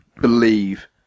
believe